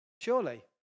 Surely